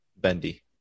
Bendy